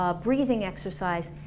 ah breathing exercise,